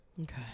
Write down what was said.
Okay